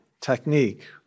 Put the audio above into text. technique